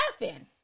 laughing